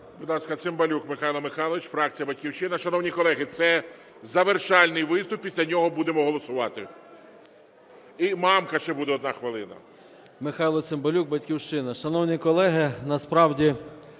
Будь ласка, Цимбалюк Михайло Михайлович, фракція "Батьківщина". Шановні колеги, це завершальний виступ, після нього будемо голосувати. І Мамка ще буде, 1 хвилина. 12:05:35 ЦИМБАЛЮК М.М. Михайло Цимбалюк, "Батьківщина". Шановні колеги, насправді